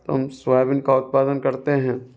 हम सोआबिन का उत्पादन करते हैं